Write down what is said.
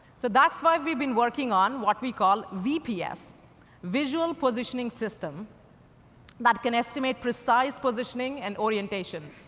so, that's why we've been working on what we call vps visual positioning system that can estimate precise positioning and orientation.